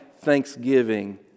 thanksgiving